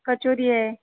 कचोरी आहे